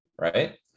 right